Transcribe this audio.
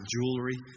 Jewelry